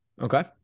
Okay